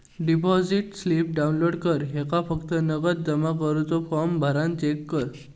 deposit slip download कर ह्येका फक्त नगद जमा करुचो फॉर्म भरान चेक कर